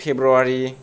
February